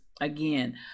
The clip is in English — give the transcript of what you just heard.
Again